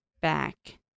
back